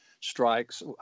strikes